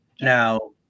now